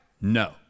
No